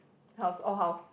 house all house